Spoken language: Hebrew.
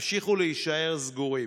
ימשיכו להישאר סגורים.